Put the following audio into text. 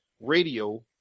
radio